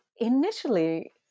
initially